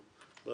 במדינה שלנו.